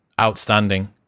outstanding